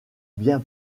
bien